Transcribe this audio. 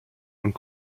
und